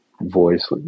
voice